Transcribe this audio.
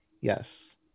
yes